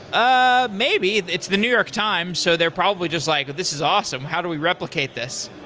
ah maybe. it's the new york times, so they're probably just like, this is awesome. how do we replicate this?